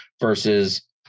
versus